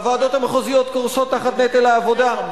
והוועדות המחוזיות קורסות תחת נטל העבודה.